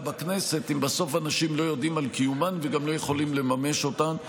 בכנסת אם בסוף אנשים לא יודעים על קיומן וגם לא יכולים לממש אותן.